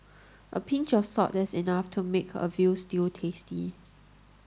a pinch of salt is enough to make a veal stew tasty